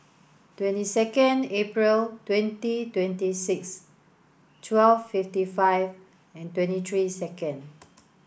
twenty second April twenty twenty six twelve fifty five and twenty three second